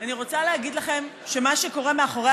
אני רוצה להגיד לכם שמה שקורה לכם מאחורי